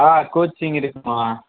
ஆ coaching இருக்குமா